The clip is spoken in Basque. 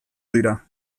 dira